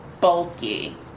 bulky